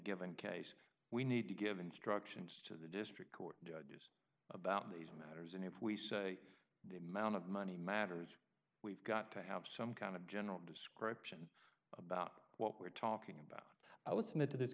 given case we need to give instructions to the district court about these matters and if we say the amount of money matters we've got to have some kind of general description about what we're talking about i would submit to this